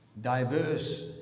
diverse